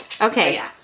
Okay